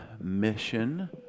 mission